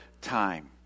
time